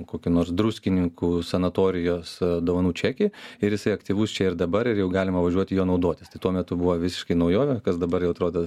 kokį nors druskininkų sanatorijos dovanų čekį ir jisai aktyvus čia ir dabar ir jau galima važiuoti juo naudotis tai tuo metu buvo visiškai naujovė kas dabar jau atrodo